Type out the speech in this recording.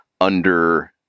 under-